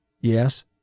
Yes